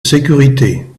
sécurités